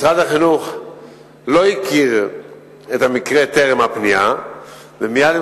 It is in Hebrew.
משרד החינוך לא הכיר את המקרה טרם הפנייה ומייד עם